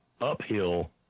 uphill